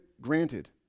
granted